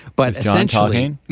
but essentially, and and